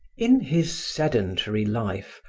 in his sedentary life,